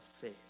faith